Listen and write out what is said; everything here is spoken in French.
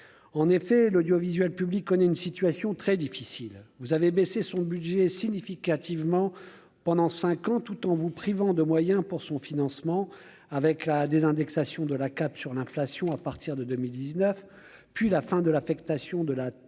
en effet, l'audiovisuel public connaît une situation très difficile, vous avez baissé son budget significativement pendant 5 ans, tout en vous privant de moyens pour son financement avec la désindexation de la Cap sur l'inflation, à partir de 2019 puis la fin de l'affectation de la TOCE